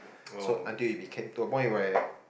so until it became to a point where